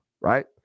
right